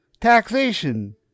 taxation